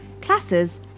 classes